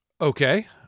okay